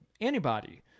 antibody